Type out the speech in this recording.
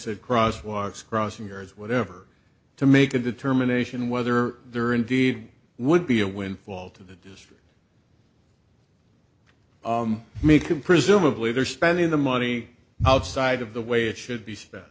said crosswalks crossing or whatever to make a determination whether there indeed would be a windfall to the district make them presumably they're spending the money outside of the way it should be spent